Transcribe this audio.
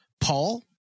Paul